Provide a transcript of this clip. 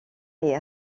est